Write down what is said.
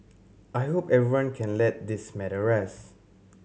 I hope everyone can let this matter rest